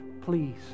Please